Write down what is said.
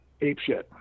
apeshit